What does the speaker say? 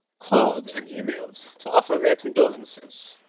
called and emailed to offer their condolences.